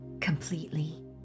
completely